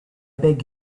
beg